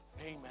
Amen